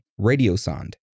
Radiosonde